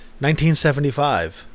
1975